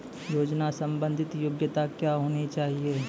योजना संबंधित योग्यता क्या होनी चाहिए?